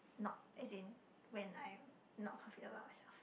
not as in when I'm not confident about myself